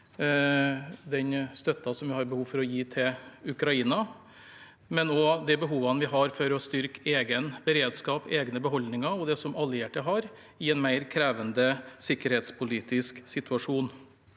den støtten vi har behov for å gi til Ukraina, men også om de behovene vi har for å styrke beredskapen og beholdningene for oss selv og våre allierte i en mer krevende sikkerhetspolitisk situasjon.